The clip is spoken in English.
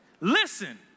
Listen